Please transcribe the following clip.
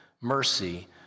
mercy